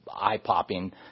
eye-popping